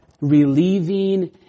relieving